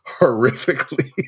horrifically